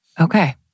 okay